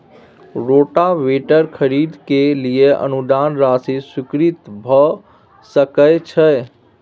Rotavator खरीदे के लिए अनुदान राशि स्वीकृत भ सकय छैय?